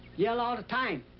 yell all time.